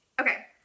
Okay